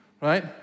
right